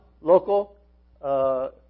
local